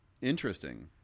Interesting